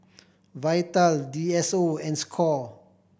Vital D S O and score